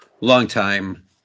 longtime